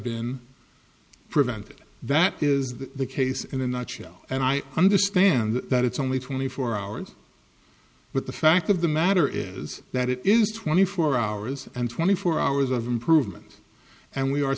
been prevented that is the case in a nutshell and i understand that it's only twenty four hours but the fact of the matter is that it is twenty four hours and twenty four hours of improvement and we are